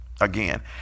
again